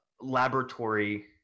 laboratory